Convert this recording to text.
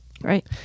Right